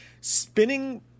Spinning